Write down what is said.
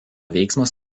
veiksmas